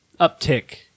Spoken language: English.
uptick